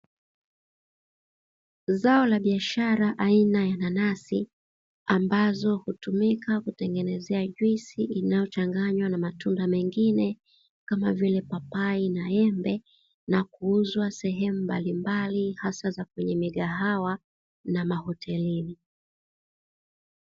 Zao la biashara, aina ya nanasi, ambazo hutumika kutengeneza juisi, inayochanganywa na matunda mengine kama vile papai na embe, na kuuzwa sehemu mbalimbali, hasa kwenye migahawa na mahotelini.